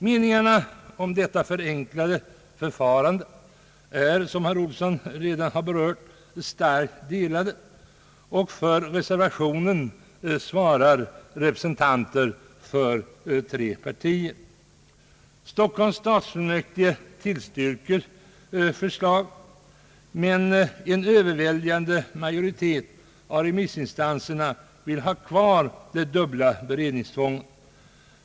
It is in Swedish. Meningarna om detta förenklade förfarande är — som herr Olsson redan sagt — starkt delade, och reservanterna utgörs av representanter för tre partier. Stockholms stadsfullmäktige tillstyrker förslaget, men en överväldigande majoritet av remissinstanserna vill ha kvar det dubbla beredningstvånget.